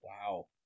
Wow